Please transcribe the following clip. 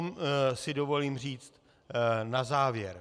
Co si dovolím říct na závěr.